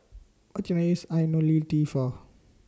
What Can I use Ionil T For